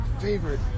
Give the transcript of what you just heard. favorite